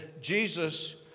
Jesus